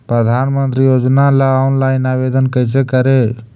प्रधानमंत्री योजना ला ऑनलाइन आवेदन कैसे करे?